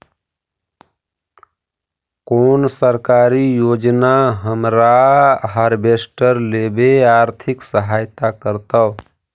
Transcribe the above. कोन सरकारी योजना हमरा हार्वेस्टर लेवे आर्थिक सहायता करतै?